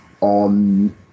on